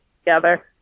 together